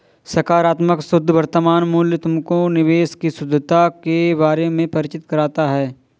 सकारात्मक शुद्ध वर्तमान मूल्य तुमको निवेश की शुद्धता के बारे में परिचित कराता है